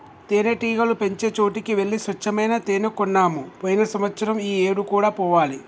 తేనెటీగలు పెంచే చోటికి వెళ్లి స్వచ్చమైన తేనే కొన్నాము పోయిన సంవత్సరం ఈ ఏడు కూడా పోవాలి